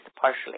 partially